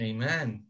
Amen